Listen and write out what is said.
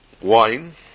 wine